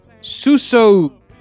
Suso